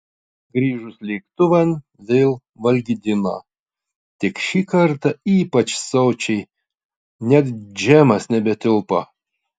grįžus lėktuvan vėl valgydino tik šį kartą ypač sočiai net džemas nebetilpo